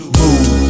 move